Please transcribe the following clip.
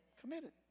Committed